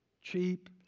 cheap